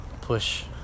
push